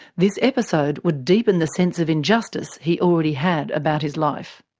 this episode would deepen the sense of injustice he already had about his life.